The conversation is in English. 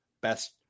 best